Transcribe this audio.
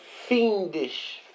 fiendish